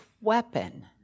weapon